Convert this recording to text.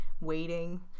waiting